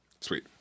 sweet